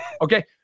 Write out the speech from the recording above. okay